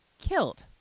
killed